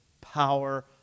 power